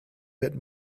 bit